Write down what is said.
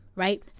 Right